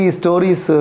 stories